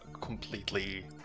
completely